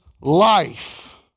life